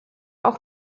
auch